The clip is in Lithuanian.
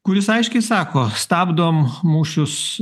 kuris aiškiai sako stabdom mūšius